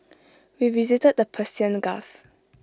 we visited the Persian gulf